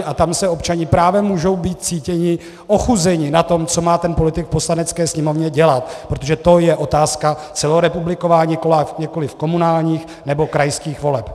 A tam se občané právem mohou být cítěni ochuzeni na tom, co má ten politik v Poslanecké sněmovně dělat, protože to je otázka celorepubliková, nikoliv komunálních nebo krajských voleb.